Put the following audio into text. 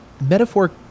Metaphor